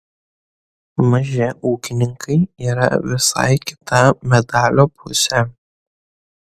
maži ūkininkai yra visai kita medalio pusė